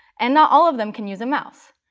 and not all of them can use a mouse.